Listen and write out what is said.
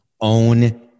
own